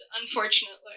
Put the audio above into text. unfortunately